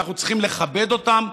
אנחנו צריכים לכבד אותם,